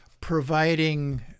providing